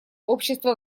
общества